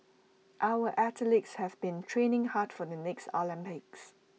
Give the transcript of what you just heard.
our athletes have been training hard for the next Olympics